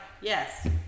yes